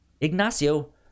Ignacio